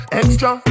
extra